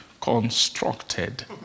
constructed